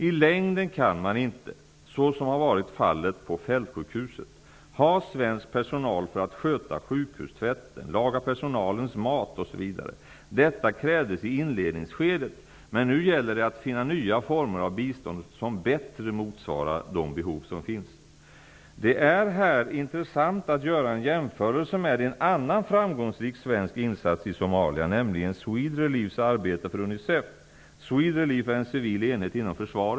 I längden kan man inte, så som har varit fallet på fältsjukhuset, ha svensk personal för att sköta sjukhustvätten, laga personalens mat osv. Detta krävdes i inledningsskedet, men nu gäller det att finna nya former av bistånd som bättre motsvarar de behov som finns. Det är här intressant att göra en jämförelse med en annan framgångsrik svensk insats i Somalia, nämligen Swedreliefs arbete för UNICEF .